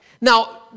Now